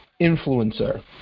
influencer